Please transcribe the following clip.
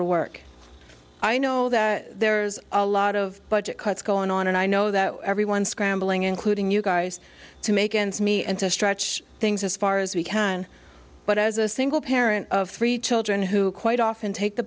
to work i know that there's a lot of budget cuts going on and i know that everyone scrambling including you guys to make ends meet and to stretch things as far as we can but as a single parent of three children who quite often take the